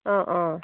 অ' অ'